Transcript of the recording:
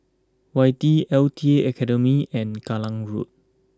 Whitley L T Academy and Kallang Road